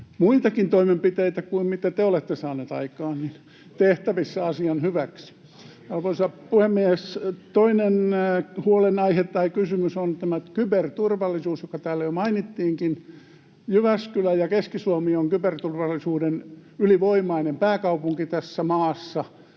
muitakin toimenpiteitä kuin ne, mitä te olette saanut aikaan, tehtävissä asian hyväksi? Arvoisa puhemies! Toinen huolenaihe tai kysymys on kyberturvallisuus, joka täällä jo mainittiinkin. Jyväskylä ja Keski-Suomi ovat kyberturvallisuuden ylivoimainen pääkaupunki tässä maassa.